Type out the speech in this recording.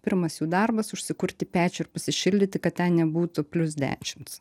pirmas jų darbas užsikurti pečių ir pasišildyti kad ten nebūtų plius dešimts